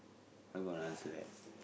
I'm gonna answer that